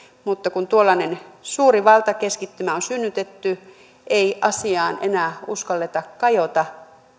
mutta kun tuollainen suuri valtakeskittymä on synnytetty ei asiaan enää uskalleta kajota